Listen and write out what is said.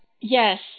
Yes